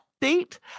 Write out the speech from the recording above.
date